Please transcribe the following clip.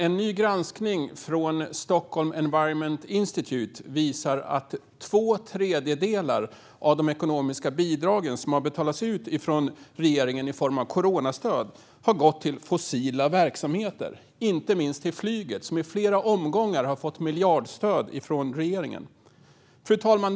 En ny granskning från Stockholm Environment Institute visar nämligen att två tredjedelar av de ekonomiska bidrag som har betalats ut från regeringen i form av coronastöd har gått till fossila verksamheter - inte minst till flyget, som i flera omgångar har fått miljardstöd från regeringen. Fru talman!